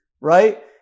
right